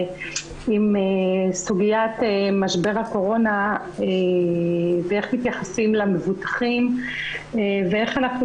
סוגיית משבר הקורונה ואיך מתייחסים למבוטחים ואיך אנחנו